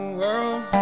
world